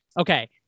Okay